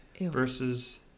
versus